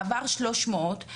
מעבר 300,